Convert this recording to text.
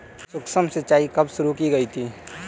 सूक्ष्म सिंचाई कब शुरू की गई थी?